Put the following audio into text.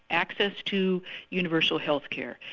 access to universal health care,